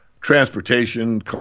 transportation